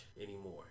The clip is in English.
anymore